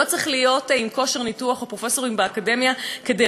לא צריך להיות עם כושר ניתוח או פרופסורים באקדמיה כדי